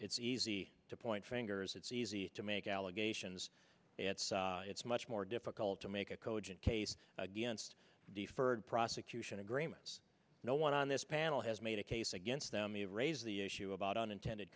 it's easy to point fingers it's easy to make allegations it's it's much more difficult to make a cogent case against deferred prosecution agreements no one on this panel has made a case against them you've raised the issue about unintended